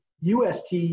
UST